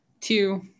two